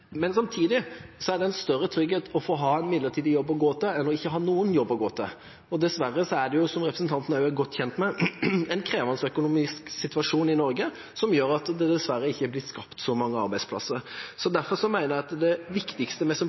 Men samtidig er det en større trygghet å få ha en midlertidig jobb å gå til enn ikke å ha noen jobb å gå til. Dessverre er det, som representanten også er godt kjent med, en krevende økonomisk situasjon i Norge, som gjør at det dessverre ikke er blitt skapt så mange arbeidsplasser. Derfor mener jeg det viktigste vi som politikere kan gjøre for å skape større trygghet, er at det